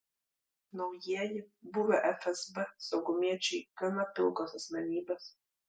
naujieji buvę fsb saugumiečiai gana pilkos asmenybės